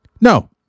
No